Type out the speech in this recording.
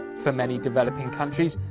for many developing countries,